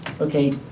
Okay